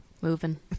moving